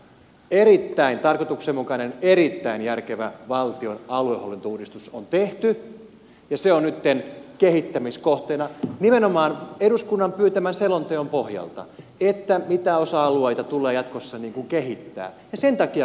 erittäin tarkoituksenmukainen erittäin järkevä valtion aluehallintouudistus on tehty ja se on nytten kehittämiskohteena nimenomaan eduskunnan pyytämän selonteon pohjalta mitä osa alueita tulee jatkossa kehittää ja sen takia keskustelemme